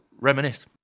reminisce